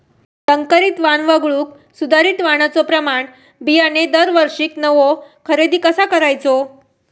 संकरित वाण वगळुक सुधारित वाणाचो प्रमाण बियाणे दरवर्षीक नवो खरेदी कसा करायचो?